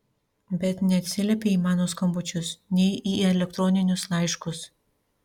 bet neatsiliepei į mano skambučius nei į elektroninius laiškus